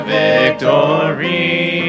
victory